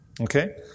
Okay